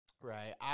right